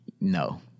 No